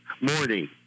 morning